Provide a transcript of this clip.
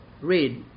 read